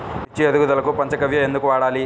మిర్చి ఎదుగుదలకు పంచ గవ్య ఎందుకు వాడాలి?